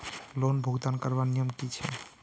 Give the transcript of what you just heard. Loan भुगतान करवार नियम की छे?